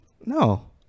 no